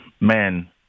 man